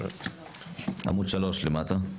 עמוד 3 למטה.